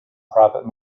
profit